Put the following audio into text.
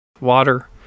water